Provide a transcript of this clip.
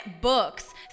books